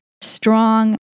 strong